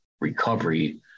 recovery